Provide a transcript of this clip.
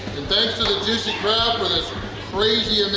and thanks to the juicy crab for this crazy, and